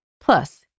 Plus